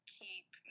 keep